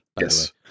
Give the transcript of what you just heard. Yes